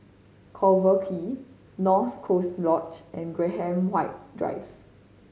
Collyer Quay North Coast Lodge and Graham White Drive